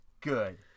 Good